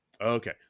Okay